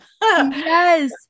Yes